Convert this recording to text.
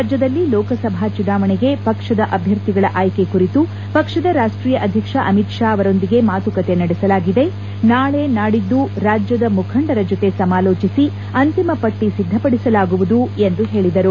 ರಾಜ್ಯದಲ್ಲಿ ಲೋಕಸಭಾ ಚುನಾವಣೆಗೆ ಪಕ್ಷದ ಅಭ್ಯರ್ಥಿಗಳ ಆಯ್ಕೆ ಕುರಿತು ಪಕ್ಷದ ರಾಷ್ಟೀಯ ಅಧ್ಯಕ್ಷ ಅಮಿತ್ ಷಾ ಅವರೊಂದಿಗೆ ಮಾತುಕತೆ ನಡೆಸಲಾಗಿದೆ ನಾಳೆ ನಾಡಿದ್ದು ರಾಜ್ಯದ ಮುಖಂಡರ ಜೊತೆ ಸಮಾಲೋಚಿಸಿ ಅಂತಿಮ ಪಟ್ಟ ಸಿದ್ದಪಡಿಸಲಾಗುವುದು ಎಂದು ಅವರು ಹೇಳಿದರು